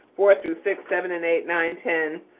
four through six, seven and eight, nine, ten,